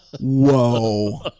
Whoa